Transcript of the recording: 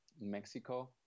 Mexico